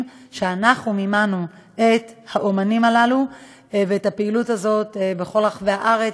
שאנחנו מימנו את האמנים הללו ואת הפעילות הזאת בכל רחבי הארץ.